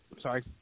sorry